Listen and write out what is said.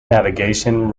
navigation